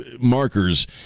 markers